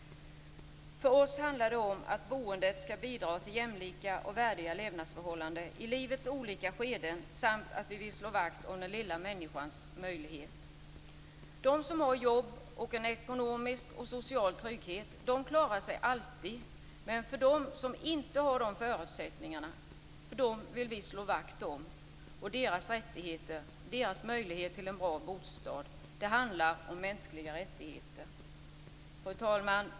För oss socialdemokrater handlar boendet om att bidra till jämlika och värdiga levnadsförhållanden i livets olika skeden samt att vi vill slå vakt om den lilla människans möjligheter. De som har jobb och en ekonomisk och social trygghet klarar sig alltid. Men för dem som inte har de förutsättningarna vill vi slå vakt om deras rättigheter och möjligheter till en bra bostad. Det handlar om mänskliga rättigheter. Fru talman!